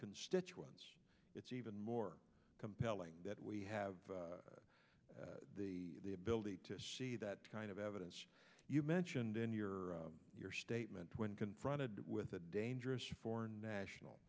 constituents it's even more compelling that we have the the ability to see that kind of evidence you mentioned in your your statement when confronted with a dangerous for national